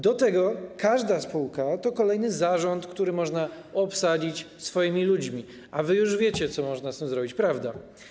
Dodatkowo każda spółka to również kolejny zarząd, który można obsadzić swoimi ludźmi, a wy już wiecie, co można z tym zrobić, prawda?